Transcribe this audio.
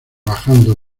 bajando